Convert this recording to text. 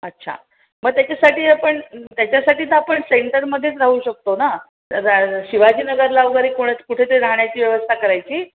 अच्छा मग त्याच्यासाठी आपण त्याच्यासाठी तर आपण सेंटरमध्येच राहू शकतो ना तर शिवाजीनगरला वगैरे पुण्यात कुठे ते राहण्याची व्यवस्था करायची